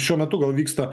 šiuo metu gal vyksta